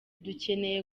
dukeneye